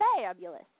fabulous